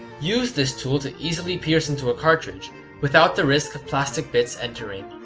use this tool to easily pierce into a cartridge without the risk of plastic bits entering.